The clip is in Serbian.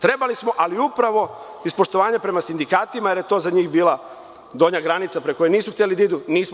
Trebali smo, ali iz poštovanja prema sindikatima, jer je za njih to bila donja granica preko koje nisu hteli da idu.